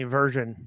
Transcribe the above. version